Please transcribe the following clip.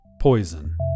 Poison